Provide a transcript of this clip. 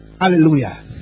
hallelujah